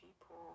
people